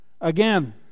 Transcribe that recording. again